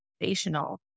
foundational